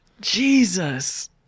Jesus